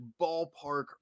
ballpark